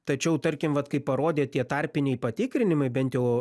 tačiau tarkim vat kaip parodė tie tarpiniai patikrinimai bent jau